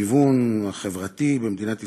לגיוון החברתי במדינת ישראל,